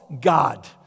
god